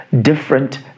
different